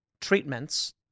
treatments